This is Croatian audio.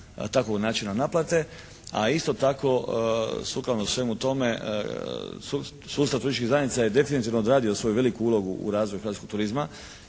takvog načina naplate a isto tako sukladno svemu tome sustav turističkih zajednica je definitivno odradio svoju veliku ulogu u razvoju hrvatskog turizma.